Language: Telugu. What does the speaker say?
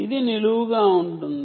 ఇది వర్టికల్ గా ఉంటుంది